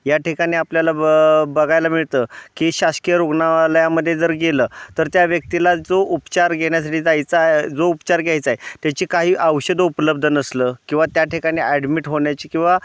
या ठिकाणी आपल्याला ब बघायला मिळतं की शासकीय रुग्णालयामध्ये जर गेलं तर त्या व्यक्तीला जो उपचार घेण्यासाठी जायचा जो उपचार घ्यायचा आहे त्याची काही औषधं उपलब्ध नसलं किंवा त्या ठिकाणी ॲडमिट होण्याची किंवा